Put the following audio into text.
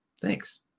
thanks